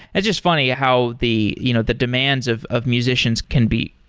and just funny how the you know the demands of of musicians can be,